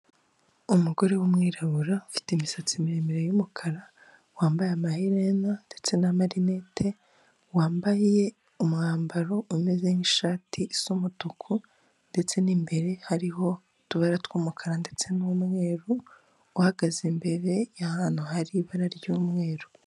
Umugore w'umwirabura ufite imisatsi miremire y'umukara, wambaye amaherena ndetse n'amarinete, wambaye umwambaro umeze nk'ishati isa umutuku ndetse n'imbere hariho utubara tw'umukara ndetse n'umweru, uhagaze imbere y'ahantu hari ibara ry'umweru.